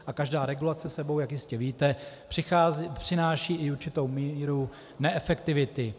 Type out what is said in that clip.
A každá regulace s sebou, jak jistě víte, přináší i určitou míru neefektivity.